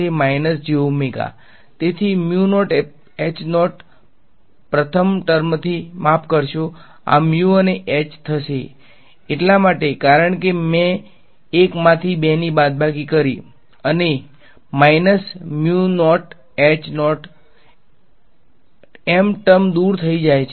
તેથી પ્રથમ ટર્મથી માફ કરશો આ થસે એટલા માટે કારણ કે મેં 1 માંથી 2 ની બાદબાકી કરી અને માઈનસ M ટર્મ દૂર થઈ જાય છે